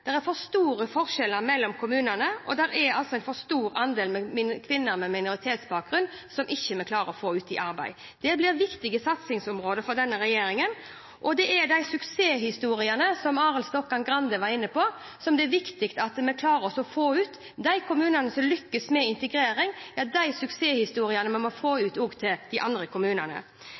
er for store forskjeller mellom kommunene, og det er en for stor andel kvinner med minoritetsbakgrunn som vi ikke klarer å få ut i arbeid. Det blir viktige satsingsområder for denne regjeringen. Det er viktig at vi klarer å få ut suksesshistoriene, som Arild Grande var inne på. De kommunene som lykkes med integrering, disse suksesshistoriene, må vi få ut også til de andre kommunene.